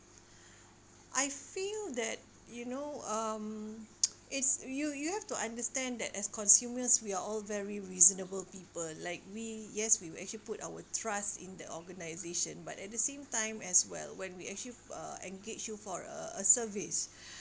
I feel that you know um it's you you have to understand that as consumers we are all very reasonable people like we yes we would actually put our trust in the organisation but at the same time as well when we actually uh engage you for a a service